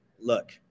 look